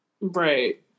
Right